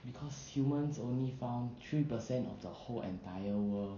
because humans only found three percent of the whole entire world